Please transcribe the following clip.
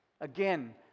Again